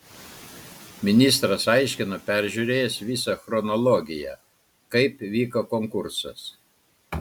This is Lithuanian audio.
ministras aiškino peržiūrėjęs visą chronologiją kaip vyko konkursas